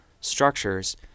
structures